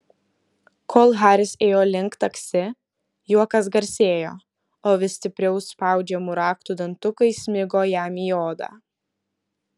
kol haris ėjo link taksi juokas garsėjo o vis stipriau spaudžiamų raktų dantukai smigo jam į odą